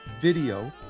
Video